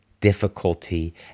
difficulty